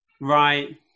Right